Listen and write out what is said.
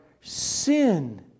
sin